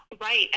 Right